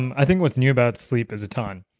i think what's new about sleep is a ton.